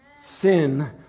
Sin